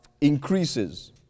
increases